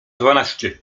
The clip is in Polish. dwanaście